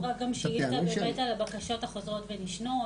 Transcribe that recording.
לא הועברה גם שאילתה על הבקשות החוזרות ונשנות.